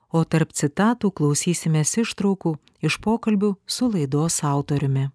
o tarp citatų klausysimės ištraukų iš pokalbių su laidos autoriumi